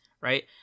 right